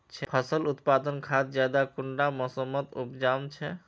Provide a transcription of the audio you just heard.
फसल उत्पादन खाद ज्यादा कुंडा मोसमोत उपजाम छै?